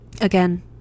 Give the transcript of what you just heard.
Again